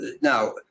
now